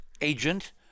agent